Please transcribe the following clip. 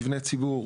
מבני ציבור,